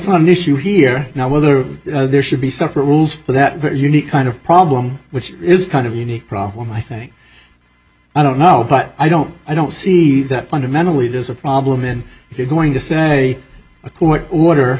not an issue here now whether there should be separate rules for that very unique kind of problem which is kind of unique problem i think i don't know but i don't i don't see that fundamentally does a problem in if you're going to say a court order